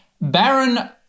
Baron